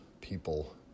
people